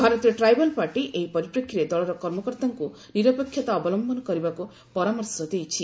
ଭାରତୀୟ ଟ୍ରାଇବାଲ୍ପାର୍ଟି ଏହି ପରିପ୍ରେକ୍ଷୀରେ ଦଳର କର୍ମକର୍ତ୍ତାଙ୍କୁ ନିରପେକ୍ଷତା ଅବଲମ୍ଭନ କରିବାକୁ ପରାମର୍ଶ ଦେଇଛି